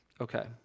Okay